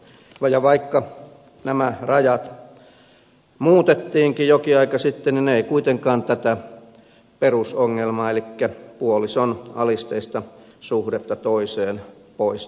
ja vaikka nämä rajat muutettiinkin jokin aika sitten ne eivät kuitenkaan tätä perusongelmaa elikkä puolison alisteista suhdetta toiseen poista kokonaan